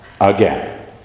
again